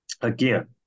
Again